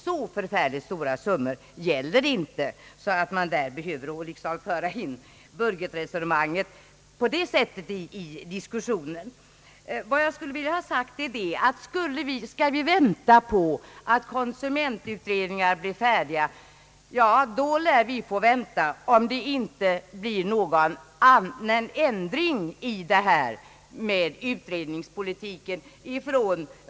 Så förfärligt stora summor gäller det inte att man behöver föra in budgetresonemanget på det sättet i diskussionen. Skall vi vänta på att konsumentutredningarna blir färdiga, då lär vi få vänta, om det inte blir någon ändring i regeringens utredningspolitik.